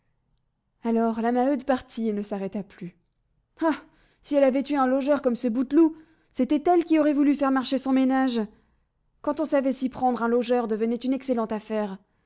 alors la maheude partit et ne s'arrêta plus ah si elle avait eu un logeur comme ce bouteloup c'était elle qui aurait voulu faire marcher son ménage quand on savait s'y prendre un logeur devenait une excellente affaire